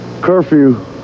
curfew